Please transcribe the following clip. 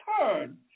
turn